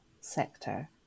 sector